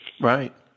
right